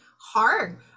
hard